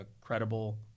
credible